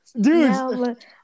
dude